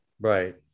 right